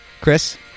Chris